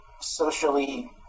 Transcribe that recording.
socially